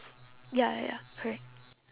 ya ya ya correct